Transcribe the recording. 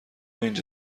اینجا